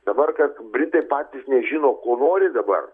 dabar kad britai patys nežino ko nori dabar